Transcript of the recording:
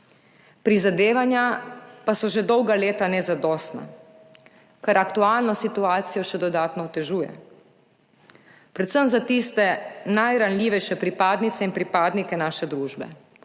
Prizadevanja pa so že dolga leta nezadostna, kar aktualno situacijo še dodatno otežuje, predvsem za tiste najranljivejše pripadnice in pripadnike naše družbe